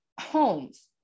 homes